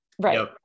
right